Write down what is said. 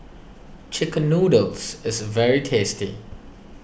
Chicken Noodles is very tasty